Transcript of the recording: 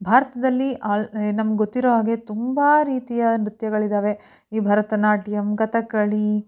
ಭಾರತದಲ್ಲಿ ಆಲ್ ನಮ್ಗೆ ಗೊತ್ತಿರುವ ಹಾಗೆ ತುಂಬ ರೀತಿಯ ನೃತ್ಯಗಳು ಇದ್ದಾವೆ ಈ ಭರತನಾಟ್ಯಂ ಕಥಕ್ಕಳಿ